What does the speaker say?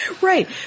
Right